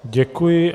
Děkuji.